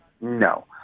No